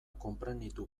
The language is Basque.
konprenitu